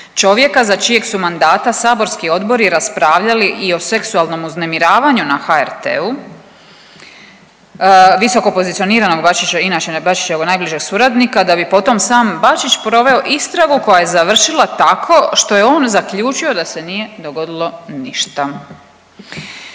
čovjeka za čijeg su mandata saborski odbori raspravljali i o seksualnom uznemiravanju na HRT-u visokopozicioniranog Bačića inače Bačićevog najbližeg suradnika da bi potom sam Bačić proveo istragu koja je završila tako što je on zaključio da se nije dogodilo ništa.